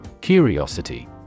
curiosity